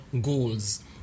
goals